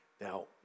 Now